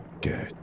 Good